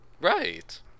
Right